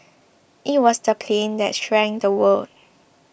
it was the plane that shrank the world